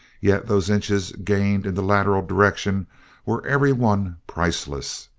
yet those inches gained in the lateral direction were every one priceless.